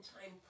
time